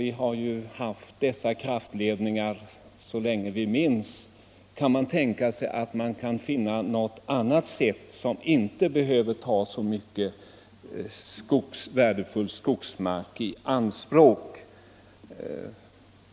Vi har ju haft sådana här kraftledningar så länge vi minns. Kan man möjligen finna något annat sätt som inte behöver ta så mycket värdefull skogsmark i anspråk?